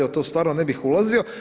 U to stvarno ne bih ulazio.